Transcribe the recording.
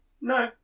No